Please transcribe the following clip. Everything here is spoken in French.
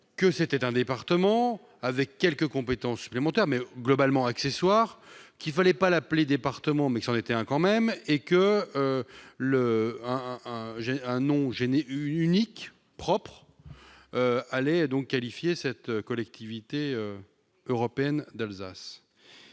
s'agissait d'un département avec quelques compétences supplémentaires, mais globalement accessoires, que l'on ne devait pas l'appeler « département », bien que c'en était un, et qu'un nom unique, propre, allait qualifier cette Collectivité européenne d'Alsace.